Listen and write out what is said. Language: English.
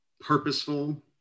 purposeful